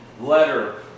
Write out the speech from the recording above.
letter